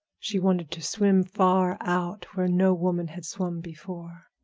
she wanted to swim far out, where no woman had swum before.